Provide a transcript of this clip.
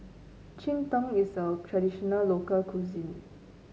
Cheng Tng is a traditional local cuisine